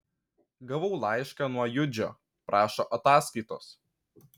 gavau laišką nuo judžio prašo ataskaitos